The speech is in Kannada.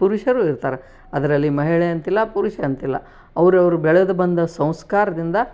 ಪುರುಷರೂ ಇರ್ತಾರೆ ಅದರಲ್ಲಿ ಮಹಿಳೆ ಅಂತಿಲ್ಲ ಪುರುಷ ಅಂತಿಲ್ಲ ಅವ್ರವ್ರು ಬೆಳೆದು ಬಂದ ಸಂಸ್ಕಾರದಿಂದ